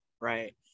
Right